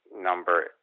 number